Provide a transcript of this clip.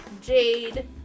jade